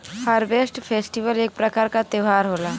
harvest festival एक प्रकार क त्यौहार होला